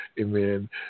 Amen